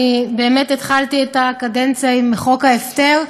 אני באמת התחלתי את הקדנציה עם חוק ההפטר.